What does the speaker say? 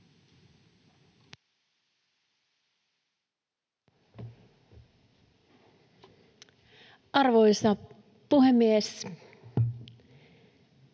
Arvoisa puhemies!